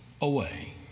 away